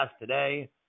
today